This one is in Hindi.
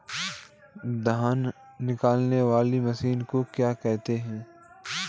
धान निकालने वाली मशीन को क्या कहते हैं?